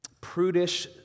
prudish